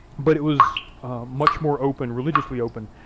but it was much more open, religiously open,